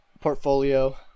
portfolio